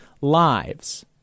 lives